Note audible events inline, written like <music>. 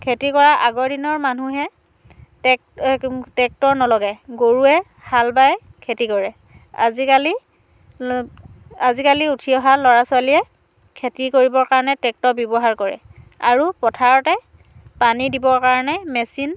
খেতি কৰা আগৰ দিনৰ মানুহে টেক <unintelligible> ট্ৰেক্টৰ নলগাই গৰুৱে হাল বাই খেতি কৰে আজিকালি <unintelligible> আজিকালি উঠি অহা ল'ৰা ছোৱালীয়ে খেতি কৰিবৰ কাৰণে ট্ৰেক্টৰ ব্যৱহাৰ কৰে আৰু পথাৰতে পানী দিবৰ কাৰণে মেচিন